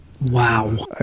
Wow